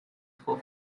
for